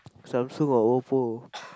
Samsung or Oppo